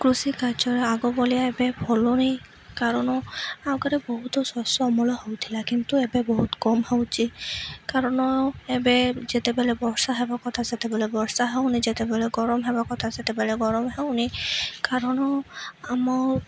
କୃଷି କାର୍ଯ୍ୟରେ ଆଗ ଭଳିଆ ଏବେ ଭଲ ନାହିଁ କାରଣ ଆଉଗରେ ବହୁତ ଶସ୍ୟ ଅମଳ ହେଉଥିଲା କିନ୍ତୁ ଏବେ ବହୁତ କମ୍ ହେଉଛି କାରଣ ଏବେ ଯେତେବେଳେ ବର୍ଷା ହେବା କଥା ସେତେବେଳେ ବର୍ଷା ହେଉନି ଯେତେବେଳେ ଗରମ ହେବା କଥା ସେତେବେଳେ ଗରମ ହେଉନି କାରଣ ଆମ